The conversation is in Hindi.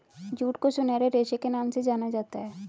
जूट को सुनहरे रेशे के नाम से जाना जाता है